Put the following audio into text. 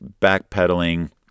backpedaling